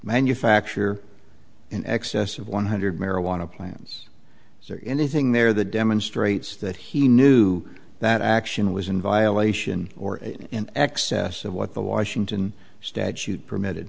manufacture in excess of one hundred marijuana plants is there anything there that demonstrates that he knew that action was in violation or in excess of what the washington statute permitted